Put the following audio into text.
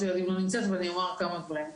ילדים לא נמצאת אז אני אומר כמה דברים.